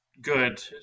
good